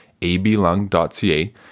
ablung.ca